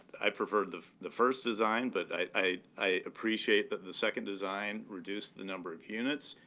i preferred the the first design but i i appreciate that the second design reduced the number of units.